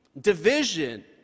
division